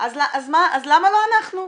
אז למה לא אנחנו?